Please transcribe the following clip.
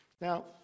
Now